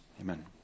Amen